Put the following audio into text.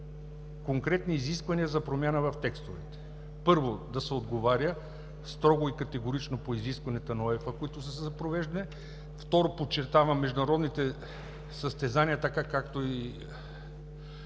конкретни изисквания за промяна в текстовете. Първо, да се отговаря строго и категорично по изискванията на УЕФА, които са за провеждане. Второ, подчертавам, международните състезания така, както и